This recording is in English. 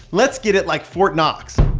let's get it like fort knox.